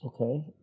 Okay